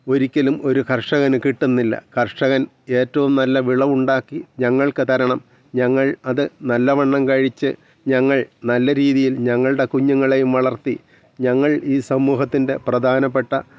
ഒരിക്കലും ഒരു കർഷകന് കിട്ടുന്നില്ല കർഷകൻ ഏറ്റവും നല്ല വിളവുണ്ടാക്കി ഞങ്ങൾക്ക് തരണം ഞങ്ങൾ അത് നല്ലവണ്ണം കഴിച്ച് ഞങ്ങൾ നല്ല രീതിയിൽ ഞങ്ങളുടെ കുഞ്ഞുങ്ങളേയും വളർത്തി ഞങ്ങൾ ഈ സമൂഹത്തിൻ്റെ പ്രധാനപ്പെട്ട